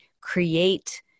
create